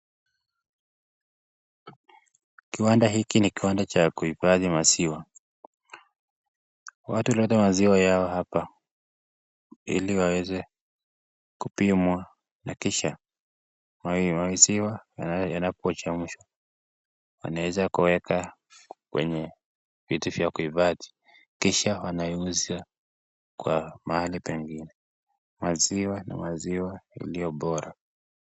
Kiwanda hiki ni kiwanda cha kuhifadhi maziwa. Watu huleta maziwa yao hapa ili waweze kupimwa na kisha maziwa inapochemshwa wanaeza kueka kwenye vitu za kuhifadhi kisha wauze mahali pengine. Maziwa ni maziwa bora zaidi.